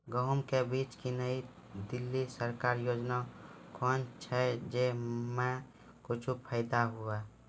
गेहूँ के बीज की नई दिल्ली सरकारी योजना कोन छ जय मां कुछ फायदा हुआ?